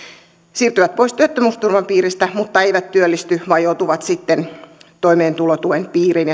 siirtyvät pois työttömyysturvan piiristä mutta eivät työllisty vaan joutuvat sitten toimeentulotuen piiriin